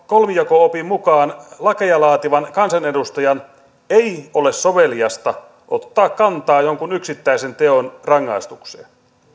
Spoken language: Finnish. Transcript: kolmijako opin mukaan lakeja laativan kansanedustajan ei ole soveliasta ottaa kantaa jonkun yksittäisen teon rangaistukseen